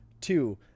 two